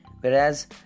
Whereas